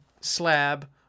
slab